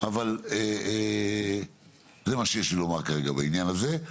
אבל זה מה שיש לי לומר כרגע בעניין הזה.